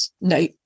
no